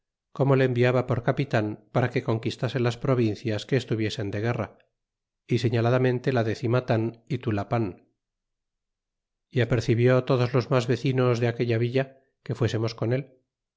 como le enviaba por capitan para que conquistase las provincias que estuviesen de guerra y señaladamente la de cimatan y tulapan y apercibió todos los mas vecinos de aquella villa que fuésemos con él